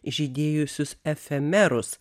žydėjusius efemerus